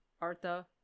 Artha